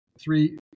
three